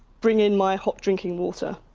bring in my hot drinking water.